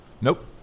Nope